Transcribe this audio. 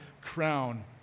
crown